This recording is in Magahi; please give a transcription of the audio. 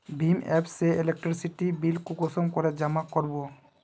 भीम एप से इलेक्ट्रिसिटी बिल कुंसम करे जमा कर बो?